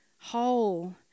whole